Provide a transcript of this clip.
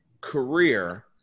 Career